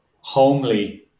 homely